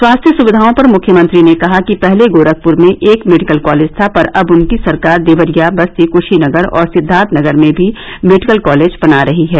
स्वास्थ्य सुविधाओं पर मुख्यमंत्री ने कहा कि पहले गोरखपुर में एक मेडिकल कालेज था पर अब उनकी सरकार देवरिया बस्ती कुशीनगर और सिद्वार्थनगर में भी मेडिकल कालेज बना रही है